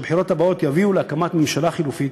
שהבחירות הבאות יביאו להקמת ממשלה חלופית,